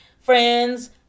friends